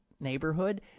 Neighborhood